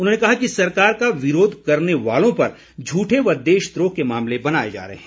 उन्होंने कहा कि सरकार का विरोध करने वालों पर झूठे व देशद्रोह के मामले बनाए जा रहे हैं